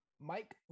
Mike